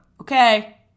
Okay